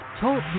Talk